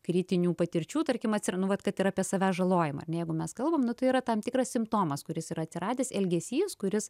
kritinių patirčių tarkim atsir nu vat kad ir apie savęs žalojimą jeigu mes kalbam nu tai yra tam tikras simptomas kuris yra atsiradęs elgesys kuris